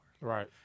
Right